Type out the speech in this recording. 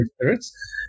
spirits